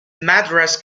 madras